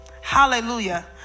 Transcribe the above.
hallelujah